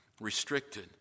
restricted